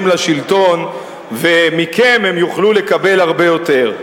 לשלטון ומכם הם יוכלו לקבל הרבה יותר.